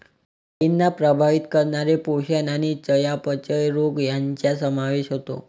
गायींना प्रभावित करणारे पोषण आणि चयापचय रोग यांचा समावेश होतो